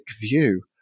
view